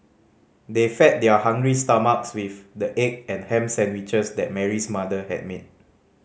they fed their hungry stomachs with the egg and ham sandwiches that Mary's mother had made